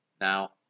Now